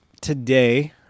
Today